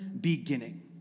beginning